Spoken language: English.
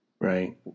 Right